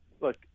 look